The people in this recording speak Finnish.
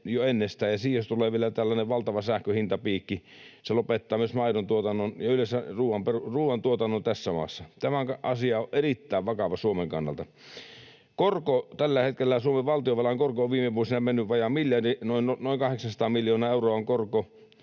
vielä tällainen valtava sähkön hintapiikki, se lopettaa myös maidontuotannon ja yleensä ruoantuotannon tässä maassa. Tämä asia on erittäin vakava Suomen kannalta. Suomen valtionvelan korkoon on viime vuosina mennyt vajaa miljardi, noin 800 miljoonaa euroa